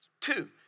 Two